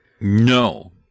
No